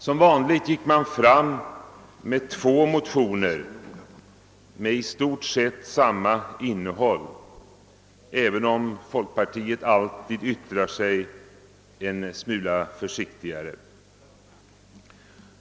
Som vanligt gick man fram med två motioner med i stort sett samma innehåll, även om folkpartiet alltid yttrar sig en smula försiktigare.